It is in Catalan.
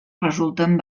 resulten